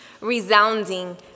resounding